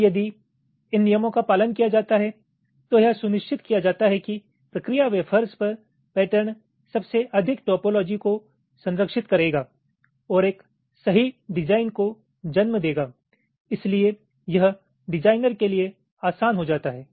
अब यदि इन नियमों का पालन किया जाता है तो यह सुनिश्चित किया जाता है कि प्रक्रिया वेफर्स पर पैटर्न सबसे अधिक टोपोलॉजी को संरक्षित करेगा और एक सही डिजाइन को जन्म देगा इसलिए यह डिजाइनर के लिए आसान हो जाता है